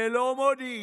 ללא מודיעין,